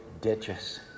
ditches